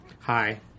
Hi